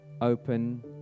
open